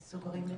סוגרים?